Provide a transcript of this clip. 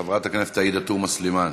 חברת הכנסת עאידה תומא סלימאן,